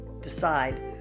decide